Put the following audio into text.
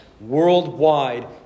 worldwide